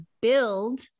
build